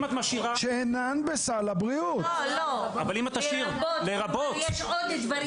לא, לא, "לרבות" כלומר, יש עוד דברים.